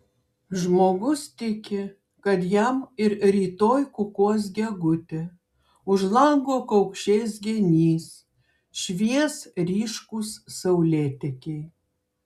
žmogus tiki kad jam ir rytoj kukuos gegutė už lango kaukšės genys švies ryškūs saulėtekiai